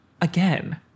Again